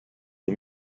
the